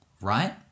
right